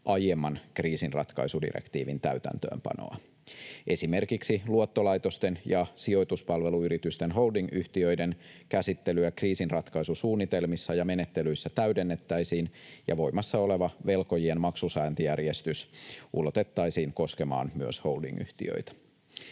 aiemman kriisinratkaisudirektiivin täytäntöönpanoa. Esimerkiksi luottolaitosten ja sijoituspalveluyritysten holdingyhtiöiden käsittelyä kriisinratkaisusuunnitelmissa ja menettelyissä täydennettäisiin, ja voimassa oleva velkojien maksusaantijärjestys ulotettaisiin koskemaan myös holdingyhtiöitä.